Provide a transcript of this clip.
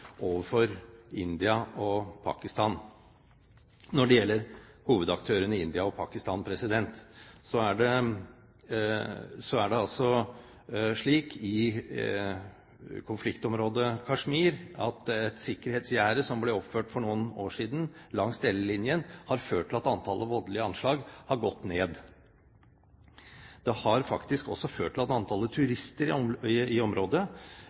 overfor India og Pakistan. Når det gjelder hovedaktørene, India og Pakistan, er det slik i konfliktområdet Kashmir at et sikkerhetsgjerde som ble oppført for noen år siden langs delelinjen, har ført til at antallet voldelige anslag har gått ned. Det har faktisk også ført til at antallet turister i